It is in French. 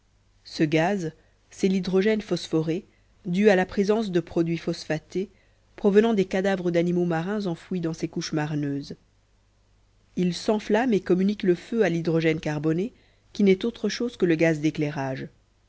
ce gaz c'est l'hydrogène phosphoré dû à la présence de produits phosphatés provenant des cadavres d'animaux marins enfouis dans ces couches marneuses il s'enflamme et communique le feu à l'hydrogène carboné qui n'est autre chose que le gaz d'éclairage